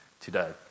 today